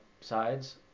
sides